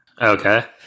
Okay